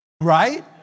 Right